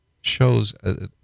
shows